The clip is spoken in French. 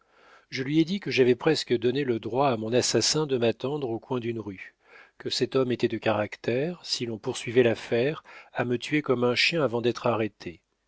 je lui ai dit que j'avais presque donné le droit à mon assassin de m'attendre au coin d'une rue que cet homme était de caractère si l'on poursuivait l'affaire à me tuer comme un chien avant d'être arrêté